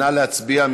נא להצביע.